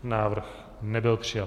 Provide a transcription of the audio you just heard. Návrh nebyl přijat.